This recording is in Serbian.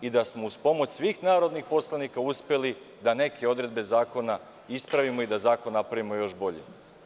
i da smo uz pomoć svih narodnih poslanika uspeli da neke odredbe zakona ispravimo i da zakon napravimo još boljim.